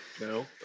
no